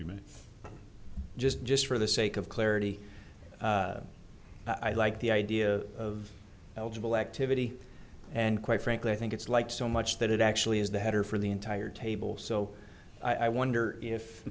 you meant just just for the sake of clarity i like the idea of eligible activity and quite frankly i think it's like so much that it actually is the header for the entire table so i wonder if